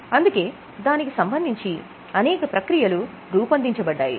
అందుకే దానికి సంబంధించి అనేక ప్రక్రియలు రూపొందించబడ్డాయి